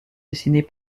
dessinés